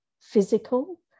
physical